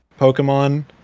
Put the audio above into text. Pokemon